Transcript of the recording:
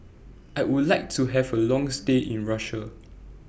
I Would like to Have A Long stay in Russia